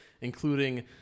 including